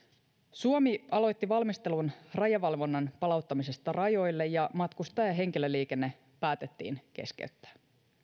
suomi aloitti valmistelun rajavalvonnan palauttamisesta rajoille ja matkustaja ja henkilöliikenne päätettiin keskeyttää